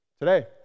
Today